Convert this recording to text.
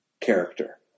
character